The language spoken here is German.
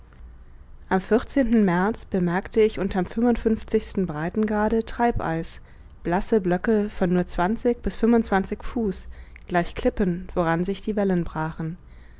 am märz bemerkte ich unterm breitengrade treibeis blasse blöcke von nur zwanzig bis fünfundzwanzig fuß gleich klippen woran sich die wellen brachen